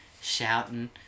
shouting